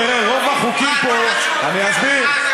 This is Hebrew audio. תראה, רוב החוקים פה, אני אסביר.